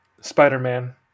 spider-man